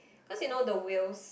cause you know the whales